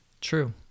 true